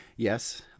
yes